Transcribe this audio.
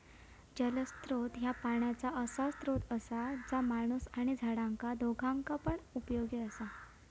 जलस्त्रोत ह्या पाण्याचा असा स्त्रोत असा जा माणूस आणि झाडांका दोघांका पण उपयोगी असा